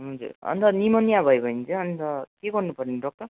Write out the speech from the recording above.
हजुर अनि त निमोनिया भयो भने चाहिँ अनि त के गर्नुपर्ने डक्टर